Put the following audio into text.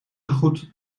goed